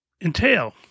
entail